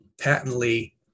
patently